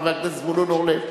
חבר הכנסת זבולון אורלב.